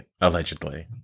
Allegedly